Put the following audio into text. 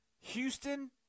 Houston